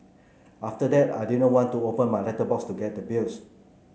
after that I didn't want to open my letterbox to get the bills